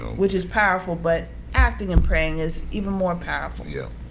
which is powerful, but acting and praying is even more powerful. yeah.